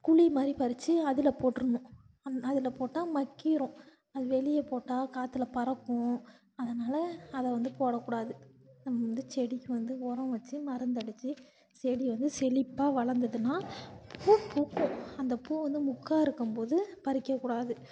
குழி மாதிரி பறித்து அதில் போட்டுறணும் அந்த அதில் போட்டால் மக்கிடும் அது வெளியே போட்டால் காற்றுல பறக்கும் அதனால அதை வந்து போடக்கூடாது நம்ம வந்து செடிக்கு வந்து உரம் வச்சு மருந்தடித்து செடி வந்து செழிப்பா வளர்ந்ததுனா பூ பூக்கும் அந்த பூ வந்து மொக்கா இருக்கும் போது பறிக்கக்கூடாது